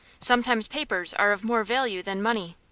sometimes papers are of more value than money.